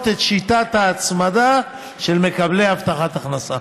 את שיטת ההצמדה של מקבלי הבטחת הכנסה,